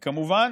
וכמובן,